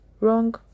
Wrong